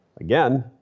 again